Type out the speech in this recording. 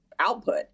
output